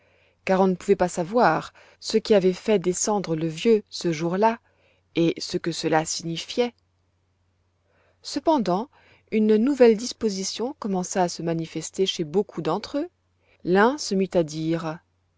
car on ne pouvait pas savoir ce qui avait fait descendre le vieux ce jour-là et ce que cela signifiait cependant une nouvelle disposition commença à se manifester chez beaucoup d'entre eux l'un se mit à dire